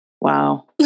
Wow